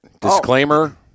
disclaimer